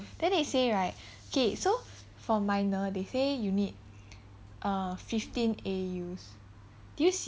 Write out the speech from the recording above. then they say right okay so for minor they say you need uh fifteen A_Us did you see